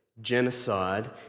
genocide